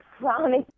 promise